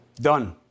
Done